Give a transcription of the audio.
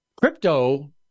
Crypto